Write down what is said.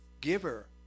giver